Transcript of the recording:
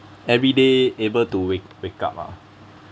everyday able to wake wake up ah